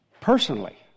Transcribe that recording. Personally